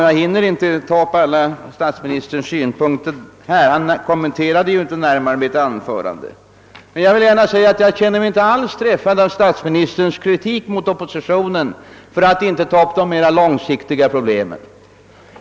Jag hinner inte nu ta upp alla statsministerns synpunkter, och statsministern kommenterade för sin del inte mitt anförande närmare. Men jag känner mig inte alls träffad av statsministerns kritik mot oppositionen för att inte ta upp de mera långsiktiga problemen.